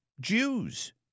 Jews